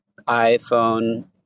iPhone